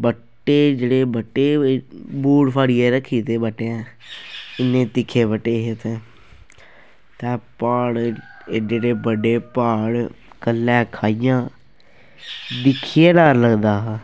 बट्टे जेह्ड़े बट्टे ओह् बूट फाड़ियै रक्खी गेदे हे बट्टे इन्ने तिक्खे बट्टे हे उत्थें ते प्हाड़ एड्डे एड्डे बड्डे प्हाड़ ख'ल्लैं खाइयां दिक्खियै डर लगदा हा